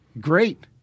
Great